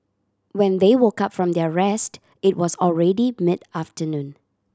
when they woke up from their rest it was already mid afternoon